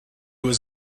was